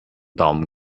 daumen